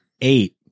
eight